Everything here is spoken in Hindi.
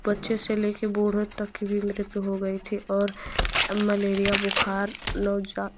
बच्चे से लेके बूढ़े तक की भी मृत्यु हो गई थी और मलेरिया बुखार नौजा